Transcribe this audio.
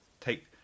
take